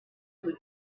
who